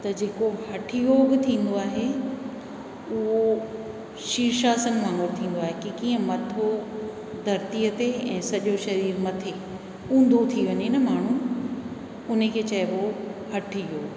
जेको हठु योग थींदो आहे उहो शीर्शासन वांगुरु थींदो आहे त कीअं मथो धरतीअ ते ऐं सॼो शरीर मथे ऊंधो थी वञे न माण्हूं उन खे चइबो हठु योग